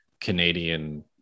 Canadian